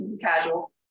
casual